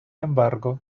embargo